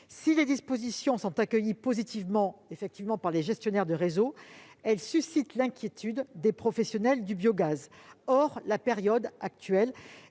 Si ces dispositions sont accueillies positivement par les gestionnaires de réseaux, elles suscitent l'inquiétude des professionnels du biogaz. Or la période actuelle